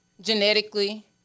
genetically